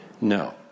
no